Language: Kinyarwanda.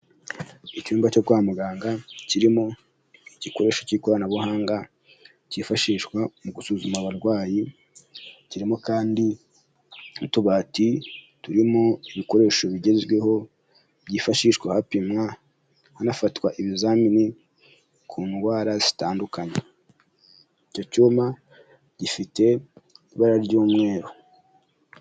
Icyumba cyo kwa muganga kirimo igikoresho cy'ikoranabuhanga cyifashishwa mu gusuzuma abarwayi, kirimo kandi n'utubati turimo ibikoresho bigezweho byifashishwa hapimwa, hanafatwa ibizamini ku ndwara zitandukanye. Icyo cyumba gifite ibara ry'umweru.